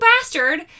bastard